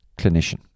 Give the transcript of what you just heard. clinician